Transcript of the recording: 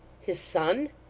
his son!